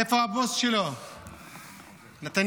איפה הבוס שלו, נתניהו?